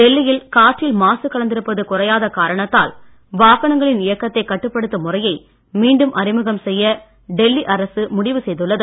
டெல்லியில் காற்றில் மாசு கலந்திருப்பது குறையாத காரணத்தால் வாகனங்களின் இயக்கத்தைக் கட்டுப்படுத்தும் முறையை மீண்டும் அறிமுகம் செய்ய டெல்லி அரசு முடிவு செய்துள்ளது